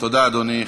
תודה, אדוני.